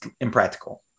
impractical